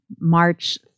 March